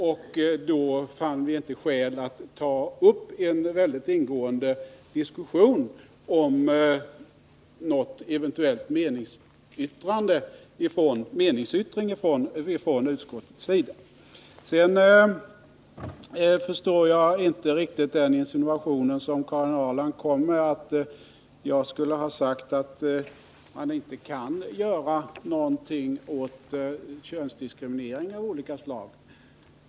Därför har vi inte funnit skäl att ta upp en ingående diskussion om någon eventuell meningsyttring från utskottets sida. Sedan förstår jag inte riktigt Karin Ahrlands insinuation, att jag skulle ha sagt att nian inte kan göra någonting åt könsdiskriminering av olika slag.